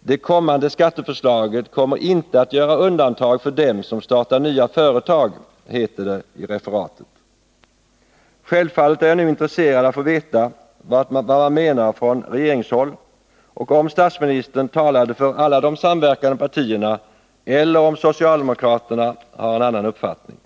”Det kommande skatteförslaget kommer inte att göra undantag för dem som startar nya företag”, heter det i referatet. Självfallet är jag nu intresserad av att få veta vad man menar från regeringshåll och om statsministern talade för alla de samverkande partierna eller om socialdemokraterna har en annan uppfattning.